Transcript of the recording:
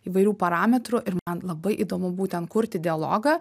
įvairių parametrų ir man labai įdomu būtent kurti dialogą